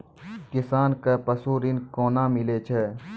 किसान कऽ पसु ऋण कोना मिलै छै?